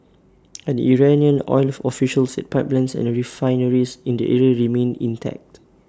an Iranian oil official said pipelines and refineries in the area remained intact